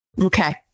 Okay